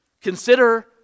Consider